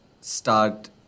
start